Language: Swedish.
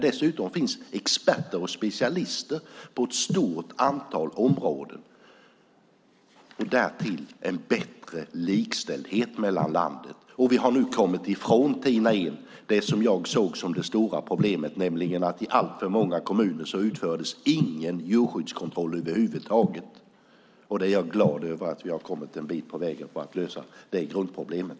Dessutom finns där experter och specialister på ett stort antal områden och därtill en bättre likställdhet över landet. Vi har nu kommit ifrån, Tina Ehn, det som jag såg som det stora problemet, nämligen att det i alltför många kommuner inte utfördes någon djurskyddskontroll över huvud taget. Jag är glad över att vi har kommit en bit på väg för att lösa det grundproblemet.